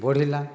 ବଢ଼ିଲା